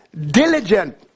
diligent